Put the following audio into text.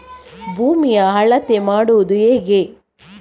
ಭೂಮಿಯ ಅಳತೆ ಮಾಡುವುದು ಹೇಗೆ?